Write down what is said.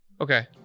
Okay